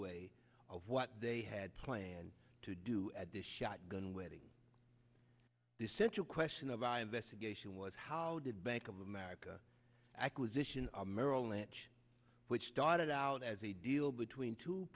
way of what they had planned to do at this shotgun wedding the central question of our investigation was how did bank of america acquisition our merrill lynch which started out as a deal between two